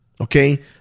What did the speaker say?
Okay